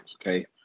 okay